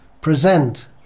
present